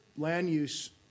land-use